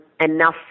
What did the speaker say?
enough